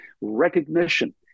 recognition